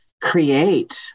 create